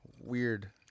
weird